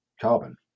carbon